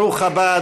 ברוך הבא,